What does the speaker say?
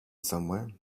somewhere